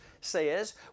says